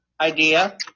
idea